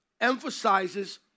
emphasizes